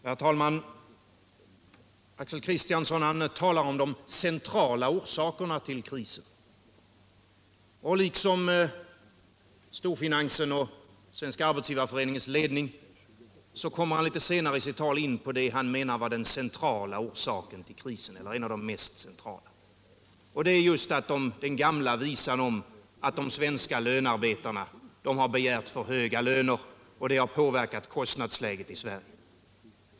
Herr talman! Axel Kristiansson talar om de centrala orsakerna till krisen. Liksom storfinansen och Svenska arbetsgivareföreningens ledning kommer han, litet senare i sitt tal, in på det som han anser vara en av de mest centrala orsakerna till krisen. Det är just den gamla visan om att de svenska lönearbetarna har begärt för höga löner och att det har påverkat kostnadsläget i Sverige.